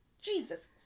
Jesus